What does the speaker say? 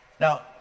Now